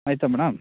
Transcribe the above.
ಆಯಿತಾ ಮೇಡಮ್